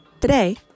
Today